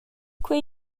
quei